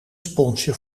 sponsje